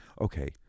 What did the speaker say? Okay